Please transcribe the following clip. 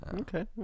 Okay